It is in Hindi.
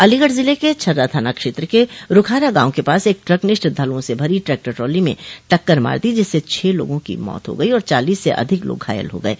अलीगढ़ ज़िले के छर्रा थाना क्षेत्र के रूखारा गांव के पास एक ट्रक ने श्रद्वालुओं से भरी ट्रैक्टर ट्रॉली में टक्कर मार दी जिससे छह लोगों की मौत हो गई और चालीस से अधिक लोग घायल हो गये